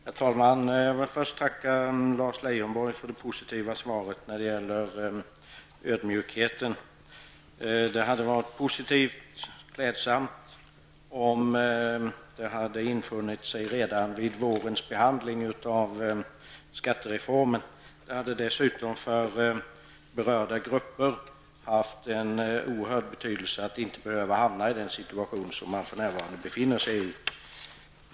Herr talman! Jag vill först tacka Lars Leijonborg för det positiva svaret beträffande ödmjukheten. Det hade varit klädsamt om det hade infunnit sig redan vid vårens behandling av skattereformen. Det hade dessutom för berörda grupper haft en oerhörd betydelse att inte behöva hamna i den situation de för närvarande befinner sig i.